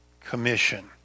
Commission